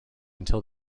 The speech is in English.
until